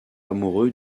amoureux